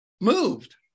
moved